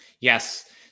yes